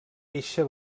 eixe